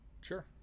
Sure